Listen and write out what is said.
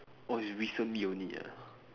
orh it's recently only ah